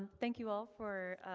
thank you all for